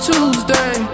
Tuesday